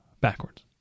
backwards